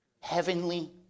Heavenly